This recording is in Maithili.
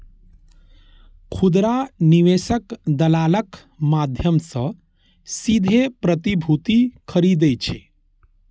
खुदरा निवेशक दलालक माध्यम सं सीधे प्रतिभूति खरीदै छै